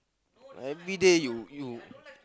everyday you you